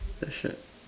a shirt